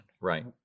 Right